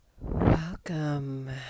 Welcome